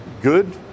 good